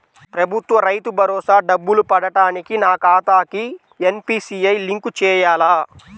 ప్రభుత్వ రైతు భరోసా డబ్బులు పడటానికి నా ఖాతాకి ఎన్.పీ.సి.ఐ లింక్ చేయాలా?